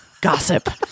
Gossip